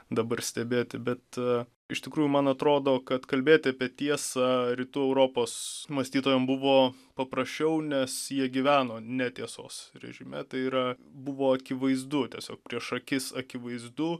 dabar stebėti bet iš tikrųjų man atrodo kad kalbėti apie tiesą rytų europos mąstytojam buvo papraščiau nes jie gyveno netiesos režime tai yra buvo akivaizdu tiesiog prieš akis akivaizdu